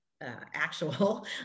actual